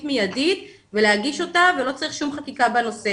מידית ולהגיש אותה ולא צריך שום חקיקה בנושא.